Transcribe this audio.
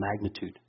magnitude